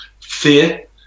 Fear